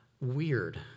weird